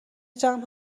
جمع